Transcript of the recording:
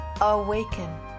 Awaken